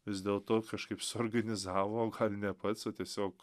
vis dėlto kažkaip suorganizavo gal ne pats o tiesiog